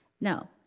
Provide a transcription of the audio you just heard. Now